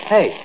Hey